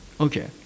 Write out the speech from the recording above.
Okay